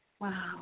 Wow